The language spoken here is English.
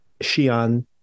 Xi'an